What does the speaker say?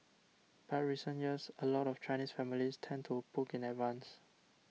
but recent years a lot of Chinese families tend to book in advance